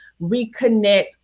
Reconnect